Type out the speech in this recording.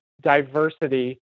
diversity